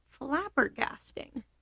flabbergasting